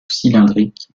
cylindrique